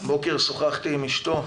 הבוקר שוחחתי עם אשתו,